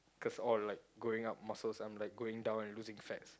cause all like going up muscles I'm like going down and losing fats